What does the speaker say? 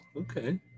okay